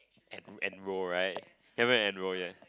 en~ enroll right haven't enroll yet